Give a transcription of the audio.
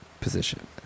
position